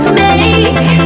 make